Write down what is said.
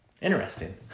Interesting